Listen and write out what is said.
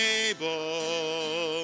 able